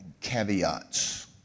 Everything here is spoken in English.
caveats